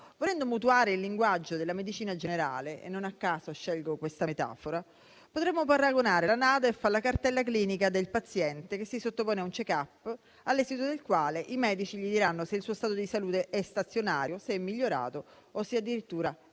Volendo mutuare il linguaggio dalla medicina generale - non a caso scelgo questa metafora - potremmo paragonare la NADEF alla cartella clinica del paziente che si sottopone a un *check-up*, all'esito del quale i medici gli diranno se il suo stato di salute è stazionario, se è migliorato o se addirittura è peggiorato